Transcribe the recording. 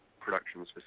productions